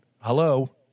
Hello